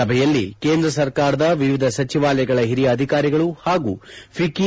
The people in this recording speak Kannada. ಸಭೆಯಲ್ಲಿ ಕೇಂದ್ರ ಸರ್ಕಾರದ ವಿವಿಧ ಸಚಿವಾಲಯಗಳ ಹಿರಿಯ ಅಧಿಕಾರಿಗಳು ಹಾಗೂ ಫಿಕ್ಕಿ